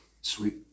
Sweet